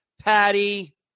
Patty